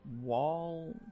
wall